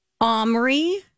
Omri